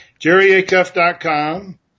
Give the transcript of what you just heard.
Jerryacuff.com